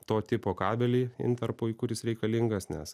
to tipo kabelį intarpui kuris reikalingas nes